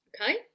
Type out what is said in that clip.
okay